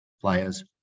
players